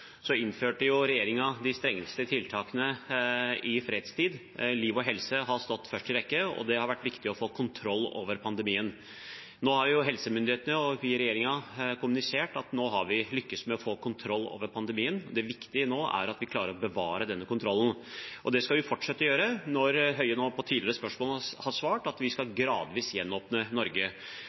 innførte regjeringen de strengeste tiltakene i fredstid. Liv og helse har stått i første rekke, og det har vært viktig å få kontroll over pandemien. Nå har helsemyndighetene og vi i regjeringen kommunisert at nå har vi lyktes med å få kontroll over pandemien. Det viktige nå er at vi klarer å bevare denne kontrollen. Det skal vi fortsette å gjøre – når statsråd Høie nå på tidligere spørsmål svarte at vi gradvis skal gjenåpne Norge.